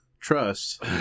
trust